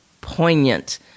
poignant